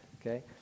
okay